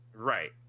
Right